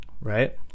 right